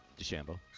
DeChambeau